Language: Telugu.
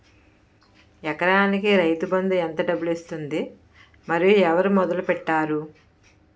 ఎకరానికి రైతు బందు ఎంత డబ్బులు ఇస్తుంది? మరియు ఎవరు మొదల పెట్టారు?